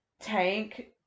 tank